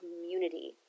community